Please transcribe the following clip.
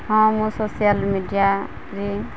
ହଁ ମୁଁ ସୋସିଆଲ୍ ମିଡ଼ିଆରେ